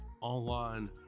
online